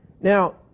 Now